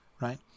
right